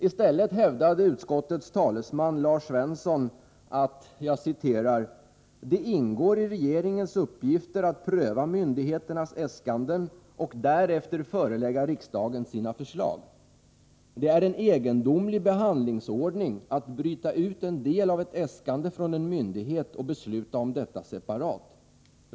I stället hävdade utskottsmajoritetens talesman, Lars Svensson, att det ”ingår i regeringens uppgifter att pröva myndigheternas äskanden och därefter förelägga riksdagen sina förslag. Det är en egendomlig behandlingsordning att bryta ut en del av ett äskande från en myndighet och besluta om detta separat.